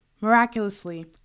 Miraculously